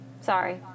sorry